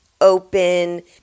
open –